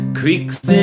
creaks